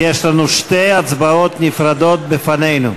שתי הצבעות נפרדות בפנינו.